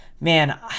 Man